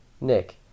Nick